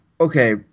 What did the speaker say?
okay